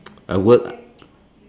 a word